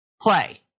play